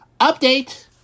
Update